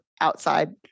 outside